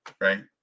right